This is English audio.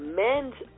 men's